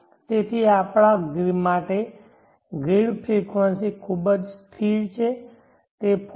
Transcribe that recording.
તેથી આપણા માટે ગ્રીડ ફ્રેકવંસી ખૂબ જ સ્થિર છે તે 49